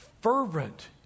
Fervent